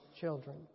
children